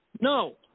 No